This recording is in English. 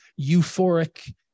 euphoric